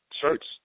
shirts